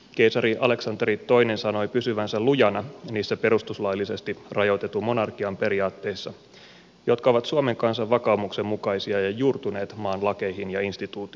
keisari aleksanteri ii sanoi pysyvänsä lujana niissä perustuslaillisesti rajoitetun monarkian periaatteissa jotka ovat suomen kansan vakaumuksen mukaisia ja juurtuneet maan lakeihin ja instituutioihin